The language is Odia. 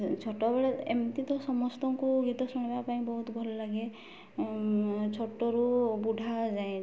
ଛୋଟବେଳେ ଏମିତି ତ ସମସ୍ତଙ୍କୁ ଗୀତ ଶୁଣିବା ପାଇଁ ବହୁତ ଭଲ ଲାଗେ ଛୋଟରୁ ବୁଢ଼ା ଯାଏଁ